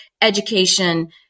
education